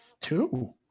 two